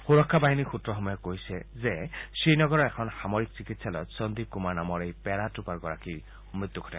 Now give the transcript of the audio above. সুৰক্ষা বাহিনীৰ সূত্ৰসমূহে কৈছে যে শ্ৰীনগৰৰ এখন সামৰিক চিকিৎসালয়ত সন্দীপ কুমাৰ নামৰ এই পেৰা ট্ৰপাৰগৰাকীৰ মৃত্যু ঘটে